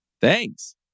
Thanks